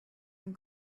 and